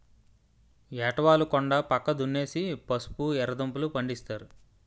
ఏటవాలు కొండా పక్క దున్నేసి పసుపు, ఎర్రదుంపలూ, పండిస్తారు